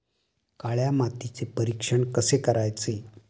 काळ्या मातीचे परीक्षण कसे करायचे?